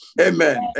Amen